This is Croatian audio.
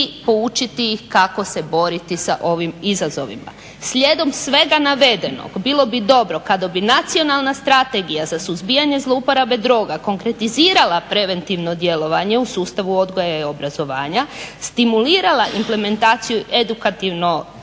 i poučiti ih kako se boriti sa ovim izazovima. Slijedom svega navedenog, bilo bi dobro kada bi Nacionalna strategija za suzbijanje zlouporabe droga konkretizirala preventivno djelovanje u sustavu odgoja i obrazovanja, stimulirala implementaciju edukativno-preventivnih